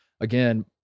again